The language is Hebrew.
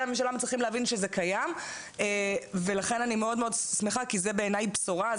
הממשלה מצליחים להבין שזה קיים ולכן אני מאוד שמחה כי זה בעיני בשורה,